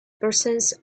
persons